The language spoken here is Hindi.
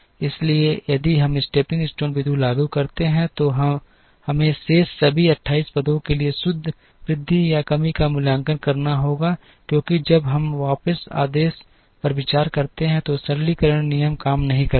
इसलिए यदि हम स्टेपिंग स्टोन विधि लागू करते हैं तो हमें शेष सभी 28 पदों के लिए शुद्ध वृद्धि या कमी का मूल्यांकन करना होगा क्योंकि जब हम वापस आदेश पर विचार करते हैं तो सरलीकरण नियम काम नहीं करता है